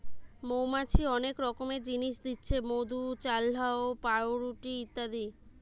মৌমাছি অনেক রকমের জিনিস দিচ্ছে মধু, চাল্লাহ, পাউরুটি ইত্যাদি